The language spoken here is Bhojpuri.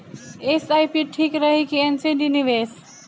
एस.आई.पी ठीक रही कि एन.सी.डी निवेश?